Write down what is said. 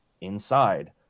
Inside